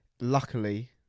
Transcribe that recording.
luckily